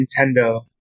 Nintendo